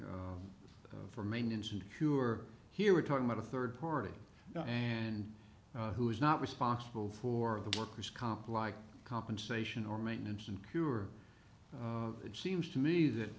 for maintenance and sure here we're talking about a third party and who is not responsible for the worker's comp like compensation or maintenance and cure it seems to me that